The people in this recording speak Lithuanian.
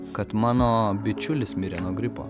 kad mano bičiulis mirė nuo gripo